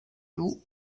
lou